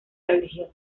religiosa